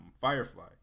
firefly